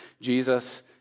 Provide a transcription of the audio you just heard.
Jesus